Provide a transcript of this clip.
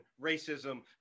racism